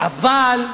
אבל,